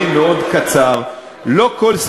וייתכן שאני